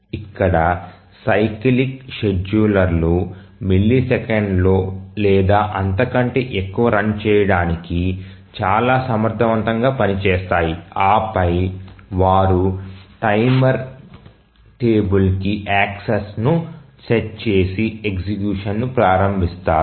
ఇక్కడ సైక్లిక్ షెడ్యూలర్లు మిల్లీసెకన్లో లేదా అంతకంటే ఎక్కువ రన్ చేయడానికి చాలా సమర్థవంతంగా పని చేస్తాయి ఆ పై వారు టైమర్ టేబుల్కి యాక్సెస్ను సెట్ చేసి ఎగ్జిక్యూషన్ ను ప్రారంభిస్తారు